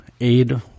aid